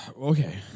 Okay